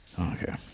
Okay